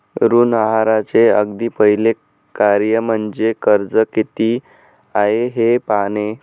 ऋण आहाराचे अगदी पहिले कार्य म्हणजे कर्ज किती आहे हे पाहणे